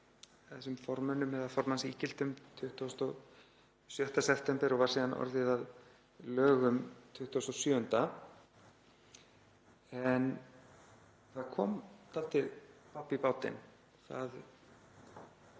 þessum formönnum eða formannsígildum 26. september og var síðan orðið að lögum 27., en það kom dálítið babb í bátinn.